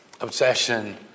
obsession